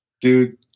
Dude